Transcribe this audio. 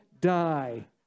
die